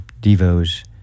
Devo's